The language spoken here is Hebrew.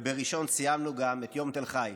ובראשון גם ציינו את יום תל חי,